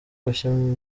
bushya